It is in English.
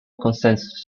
consensus